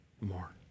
more